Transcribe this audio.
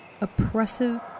oppressive